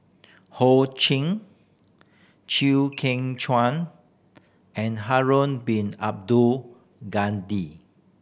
Ho Ching Chew Kheng Chuan and Harun Bin Abdul